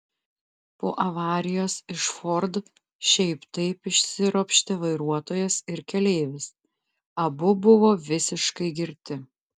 po avarijos iš ford šiaip taip išsiropštė vairuotojas ir keleivis abu buvo visiškai girti